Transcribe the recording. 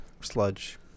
Sludge